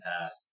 past